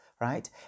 right